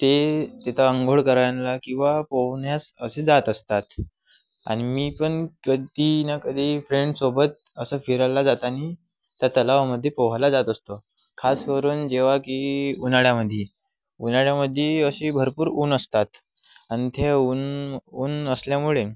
ते तिथं अंघोळ करायला किंवा पोहण्यास असे जात असतात आणि मी पण कधी ना कधी फ्रेंडसोबत असं फिरायला जाताना त्या तलावामध्ये पोहायला जात असतो खास करून जेव्हा की उन्हाळ्यामध्ये उन्हाळ्यामध्ये अशी भरपूर ऊन असतात आणि ते ऊन ऊन असल्यामुळे